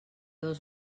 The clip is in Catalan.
dos